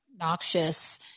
noxious